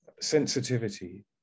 sensitivity